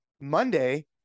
Monday